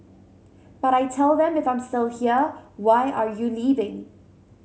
but I tell them if I'm still here why are you leaving